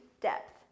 depth